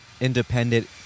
independent